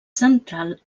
central